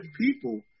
people